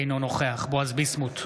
אינו נוכח בועז ביסמוט,